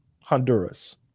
Honduras